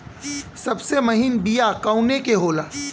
सबसे महीन बिया कवने के होला?